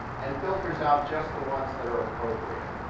and filters out just the ones that are appropriate.